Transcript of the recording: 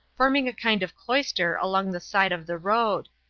forming a kind of cloister along the side of the road.